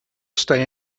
stay